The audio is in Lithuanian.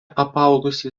apaugusi